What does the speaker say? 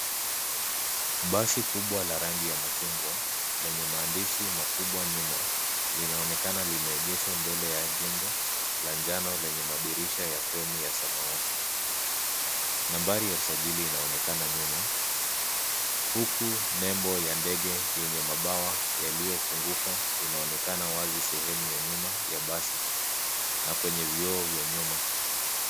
Basi kubwa la rangi ya machungwa lenye maandishi makubwa nyuma, linaonekana limeegeshwa mbele ya jengo la njano lenye madirisha ya fremu ya samawati. Nambari ya usajili inaonekana nyuma uku nembo ya ndege yenye mabawa yaliyofuguka inaonekana wazi sehemu ya nyuma ya basi na kwenye vioo vya nyuma.